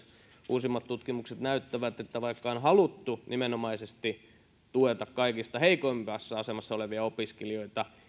uusimmat tutkimukset näyttävät että vaikka on haluttu nimenomaisesti tukea kaikista heikoimmassa asemassa olevia opiskelijoita